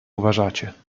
uważacie